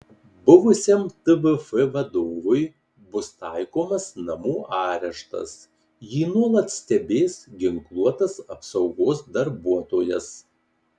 buvusiam tvf vadovui bus taikomas namų areštas jį nuolat stebės ginkluotas apsaugos darbuotojas